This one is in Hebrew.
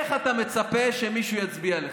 איך אתה מצפה שמישהו יצביע לך?